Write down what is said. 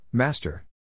Master